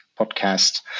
podcast